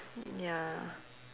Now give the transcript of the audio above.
ya